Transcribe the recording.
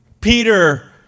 Peter